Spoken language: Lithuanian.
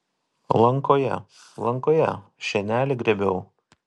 lankoje lankoje šienelį grėbiau